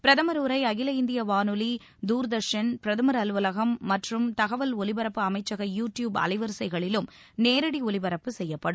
பிரதமர் உரை அகில இந்திய வானொலி துர்தர்ஷன் பிரதமர் அலுவலகம் மற்றும் தகவல் ஒலிபரப்பு அமைச்சக யூ டியூப் அலைவரிசைகளிலும் நேரடி ஒலிபரப்பு செய்யப்படும்